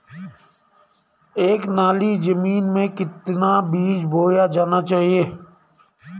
एक नाली जमीन में कितना बीज बोया जाना चाहिए?